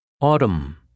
Autumn